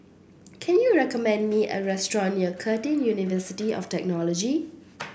can you recommend me a restaurant near Curtin University of Technology